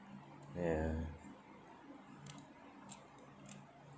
ya